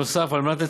נוסף על כך,